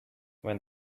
when